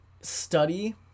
study